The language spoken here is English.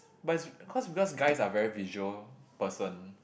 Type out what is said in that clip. but is cause because guys are very visual person